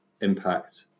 impact